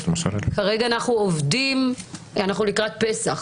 כרגע אנחנו לקראת פסח